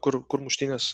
kur kur muštynės